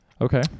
Okay